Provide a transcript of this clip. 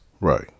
Right